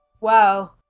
Wow